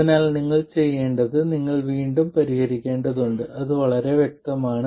അതിനാൽ നിങ്ങൾ ചെയ്യേണ്ടത് നിങ്ങൾ ഇത് വീണ്ടും പരിഹരിക്കേണ്ടതുണ്ട് അത് വളരെ വ്യക്തമാണ്